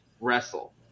wrestle